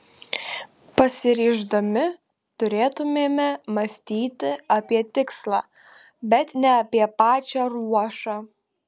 pasiryždami turėtumėme mąstyti apie tikslą bet ne apie pačią ruošą